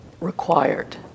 required